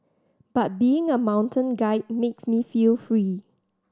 but being a mountain guide makes me feel free